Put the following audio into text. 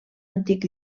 antic